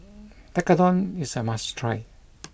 Tekkadon is a must try